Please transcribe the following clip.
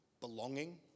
belonging